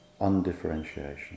undifferentiation